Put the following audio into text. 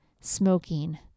smoking